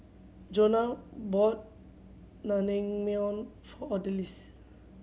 Jonah bought Naengmyeon for Odalys